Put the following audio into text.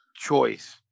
choice